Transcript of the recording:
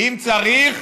אם צריך,